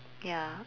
ya